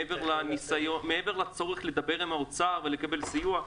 מעבר לצורך לדבר עם האוצר ולקבל סיוע,